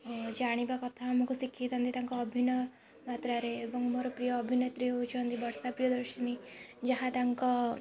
ଜାଣିବା କଥା ଆମକୁ ଶିଖେଇଥାନ୍ତି ତାଙ୍କ ଅଭିନୟ ମାତ୍ରାରେ ଏବଂ ମୋର ପ୍ରିୟ ଅଭିନେତ୍ରୀ ହେଉଛନ୍ତି ବର୍ଷା ପ୍ରିୟଦର୍ଶିନୀ ଯାହା ତାଙ୍କ